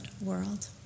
world